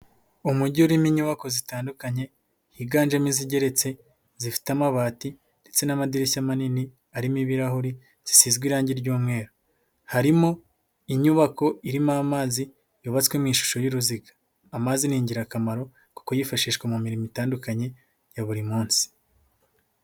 Umujyi urimo inyubako zitandukanye, higanjemo izigeretse, zifite amabati, ndetse n'amadirishya manini, arimo ibirahuri, zisizwe irangi ry'umweru. Harimo inyubako irimo amazi, yubatswe mu ishusho y'uruziga. Amazi ni ingirakamaro, kuko yifashishwa mu mirimo itandukanye ya buri munsi.